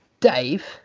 Dave